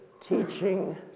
teaching